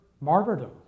martyrdom